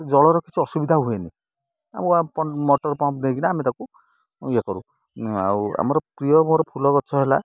ଜଳର କିଛି ଅସୁବିଧା ହୁଏନି ମଟର ପମ୍ପ ନେଇକିନା ଆମେ ତାକୁ ଇଏ କରୁ ଆଉ ଆମର ପ୍ରିୟ ମୋର ଫୁଲ ଗଛ ହେଲା